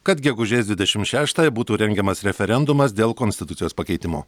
kad gegužės dvidešim šeštąją būtų rengiamas referendumas dėl konstitucijos pakeitimo